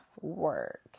work